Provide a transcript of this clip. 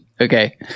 Okay